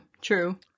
true